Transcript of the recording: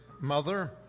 mother